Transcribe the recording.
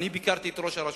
אני ביקרתי את ראש הרשות,